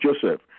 Joseph